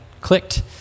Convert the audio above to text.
clicked